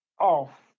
off